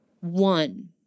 One